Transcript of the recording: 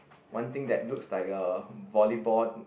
one thing that looks like a volleyball